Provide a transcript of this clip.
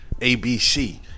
ABC